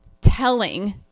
telling